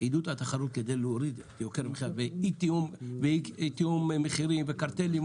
עידוד התחרות כדי להוריד את יוקר המחיה ואי תיאום מחירים וקרטלים,